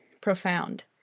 Profound